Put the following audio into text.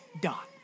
dot